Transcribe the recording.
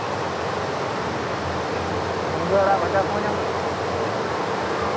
ᱚ ᱢᱩᱱᱜᱟᱹ ᱟᱲᱟᱜ ᱵᱷᱟᱡᱟ ᱠᱚᱦᱚᱸ ᱧᱟᱢᱚᱜᱼᱟ